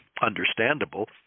understandable